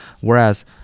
Whereas